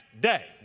day